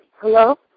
Hello